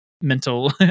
mental